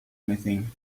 anything